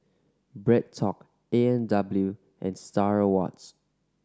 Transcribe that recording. BreadTalk A and W and Star Awards